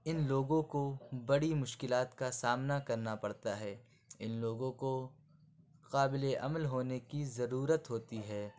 اِن لوگوں کو بڑی مشکلات کا سامنا کرنا پڑتا ہے اِن لوگوں کو قابلِ عمل ہونے کی ضرورت ہوتی ہے